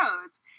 roads